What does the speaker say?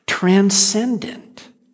Transcendent